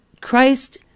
Christ